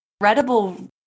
incredible